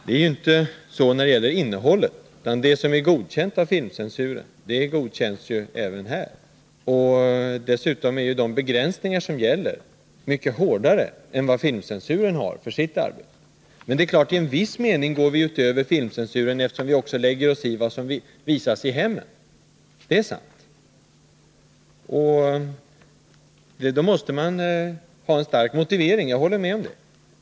Det är inte så när det gäller innehållet, utan det som är godkänt av filmcensuren godkänns även här. Dessutom är de begränsningar som gäller ingrepp mot video mycket hårdare än de regler som filmcensuren har för sitt arbete. Det är klart att vi i viss mening går utöver filmcensuren, eftersom vi också lägger oss i vad som visas i hemmen. Då måste man ha en stark motivering — jag håller med om det.